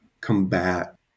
combat